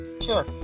Sure